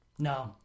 No